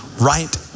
right